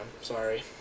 Sorry